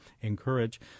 encourage